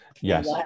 Yes